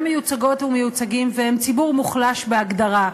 מיוצגות ומיוצגים והם ציבור מוחלש בהגדרה,